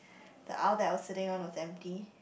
the aisle that I was sitting on was empty